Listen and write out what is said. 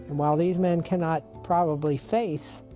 while these men cannot probably face,